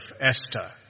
Esther